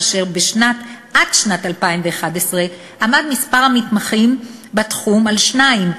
עד שנת 2011 עמד מספר המתמחים בתחום על שניים,